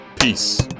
peace